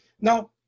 Now